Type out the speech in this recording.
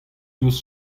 diouzh